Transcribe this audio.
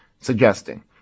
suggesting